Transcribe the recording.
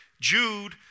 Jude